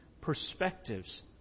perspectives